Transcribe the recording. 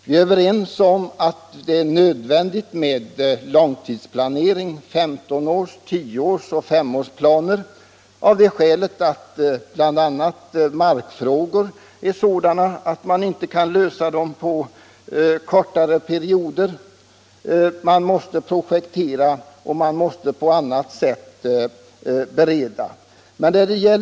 Vi är överens om att det är nödvändigt med långtidsplanering —- femtonårs-, tioårsoch femårsplaner — bl.a. av det skälet att markfrågorna är sådana att de inte kan lösas på kortare tid; man måste projektera och på annat sätt förbereda arbetena.